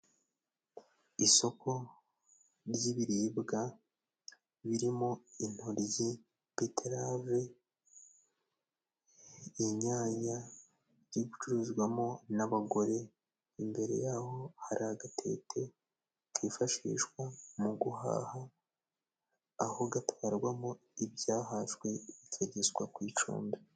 Isoko ry'ibiribwa birimo intoryi, beterave, inyanya ririgucuruzwamo n'abagore. Imbere y'aho hari agatete kifashishwa mu guhaha aho gatwarwamo ibyahashwe bikagezwa ku icumbi.